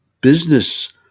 business